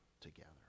together